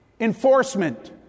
enforcement